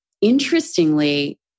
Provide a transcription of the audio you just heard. interestingly